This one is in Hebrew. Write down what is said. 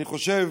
אני חושב